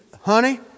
Honey